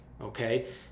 okay